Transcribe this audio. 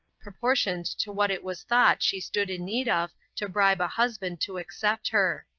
proportioned to what it was thought she stood in need of to bribe a husband to accept her.